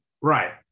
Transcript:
Right